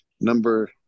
number